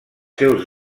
seus